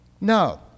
No